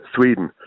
Sweden